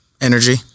energy